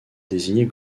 désigner